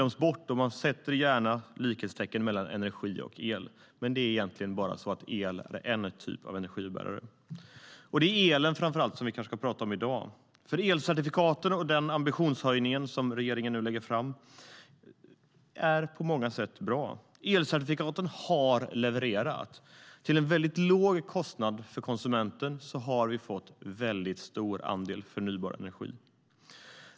Man sätter gärna likhetstecken mellan energi och el, men egentligen är el bara en typ av energibärare. Det är framför allt elen som vi ska prata om i dag. Elcertifikaten och den ambitionshöjning som regeringen nu lägger fram är på många sätt bra. Elcertifikaten har levererat. Till en låg kostnad för konsumenten har vi fått en stor andel förnybar energi.